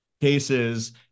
cases